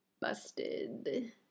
Busted